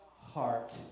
heart